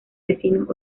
vecinos